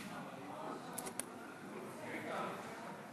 שלוש דקות.